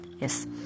yes